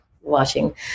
watching